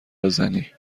بزنی